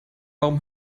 warum